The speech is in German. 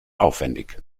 aufwendig